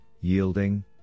yielding